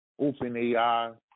OpenAI